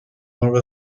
مرغ